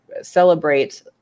celebrate